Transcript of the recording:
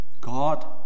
God